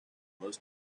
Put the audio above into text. most